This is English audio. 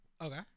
Okay